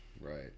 Right